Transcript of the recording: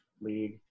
league